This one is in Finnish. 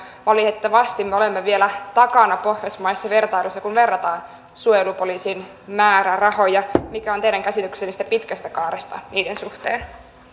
valitettavasti me olemme vielä takana pohjoismaisessa vertailussa kun verrataan suojelupoliisin määrärahoja mikä on teidän käsityksenne tästä pitkästä kaaresta niiden suhteen